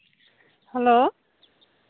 hello